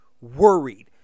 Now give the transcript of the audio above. worried